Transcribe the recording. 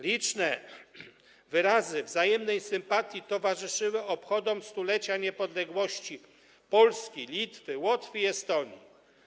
Liczne wyrazy wzajemnej sympatii towarzyszyły obchodom 100-lecia niepodległości Polski, Litwy, Łotwy i Estonii.